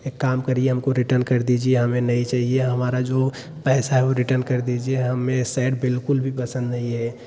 एक काम करिए हमको रिटर्न कर दीजिए हमें नहीं चाहिए हमारा जो पैसा है वह रिटर्न कर दीजिए हमें यह शर्ट बिलकुल भी पसंद नहीं है